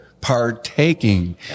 partaking